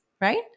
right